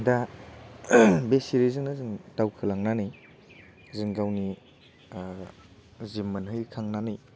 दा बे सिरिजोंनो जों दावखोलांनानै जों गावनि जि मोनहैखांनानै